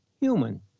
human